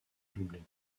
doublées